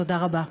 תודה רבה.